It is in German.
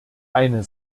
eine